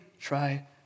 try